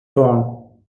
ffôn